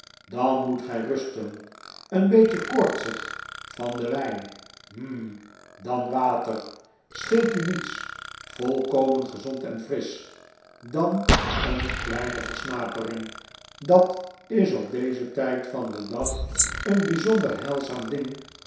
dan moet gij rusten een beetje koortsig van den wijn hm dan water scheelt u niets volkomen gezond en frisch dan een kleine versnapering dat is op dezen tijd van den dag een bijzonder heilzaam ding